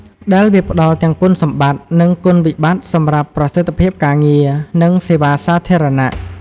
ដែលវាផ្តល់ទាំងគុណសម្បត្តិ និងគុណវិបត្តិសម្រាប់ប្រសិទ្ធភាពការងារ និងសេវាសាធារណៈ។